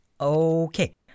Okay